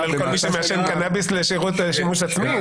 על כל מי שמעשן קנאביס לשימוש עצמי.